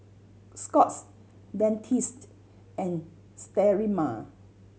Scott's Dentiste and Sterimar